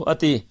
Ati